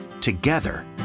Together